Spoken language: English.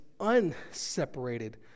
unseparated